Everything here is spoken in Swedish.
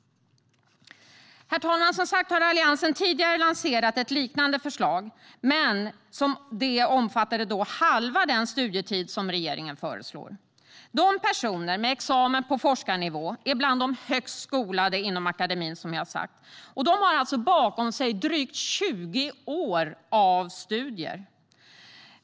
Herr talman! Alliansen har som sagt tidigare lanserat ett likande förslag. Men det omfattade halva den studietid som regeringen föreslår. Personer med examen på forskarnivå är bland de högst skolade inom akademin, som jag sagt, och de har bakom sig drygt 20 år av studier.